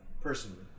personally